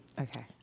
Okay